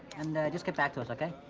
and just get back to us, okay?